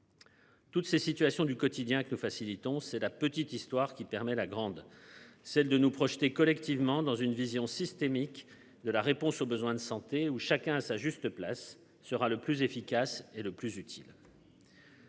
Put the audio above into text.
Toutes ces situations du quotidien que nous facilitons c'est la petite histoire qui permet la grande. Celle de nous projeter collectivement dans une vision systémique de la réponse aux besoins de santé où chacun à sa juste place sera le plus efficace et le plus utile.